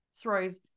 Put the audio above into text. throws